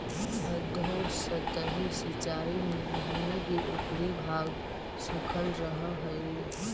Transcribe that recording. अधोसतही सिंचाई में भूमि के ऊपरी भाग सूखल रहऽ हइ